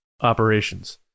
operations